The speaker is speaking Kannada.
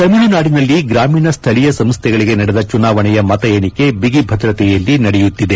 ತಮಿಳುನಾಡಿನಲ್ಲಿ ಗ್ರಾಮೀಣ ಸ್ಥಳೀಯ ಸಂಸ್ಥೆಗಳಿಗೆ ನಡೆದ ಚುನಾವಣೆಯ ಮತ ಎಣಿಗೆ ಬಿಗಿ ಭದ್ರತೆಯಲ್ಲಿ ನಡೆಯುತ್ತಿದೆ